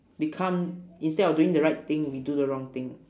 become instead of doing the right thing we do the wrong thing